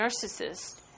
narcissist